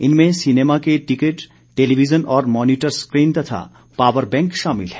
इनमें सिनेमा के ticket television और मॉनिटर स्क्रीन तथा पावर बैंक शामिल हैं